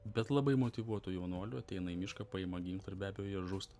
bet labai motyvuotų jaunuolių ateina į mišką paima ginklą ir be abejo jie žūsta